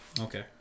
Okay